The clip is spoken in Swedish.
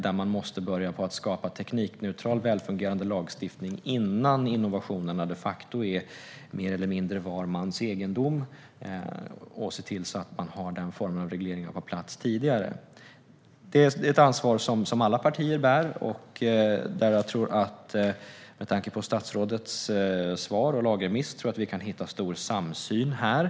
Vi måste börja skapa teknikneutral, välfungerande lagstiftning innan innovationerna de facto är mer eller mindre var mans egendom och se till att sådana regleringar finns på plats tidigare. Detta är ett ansvar som alla partier bär, och med tanke på statsrådets svar och lagrådsremiss tror jag att vi kan hitta stor samsyn här.